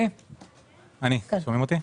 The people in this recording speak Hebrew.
שלום.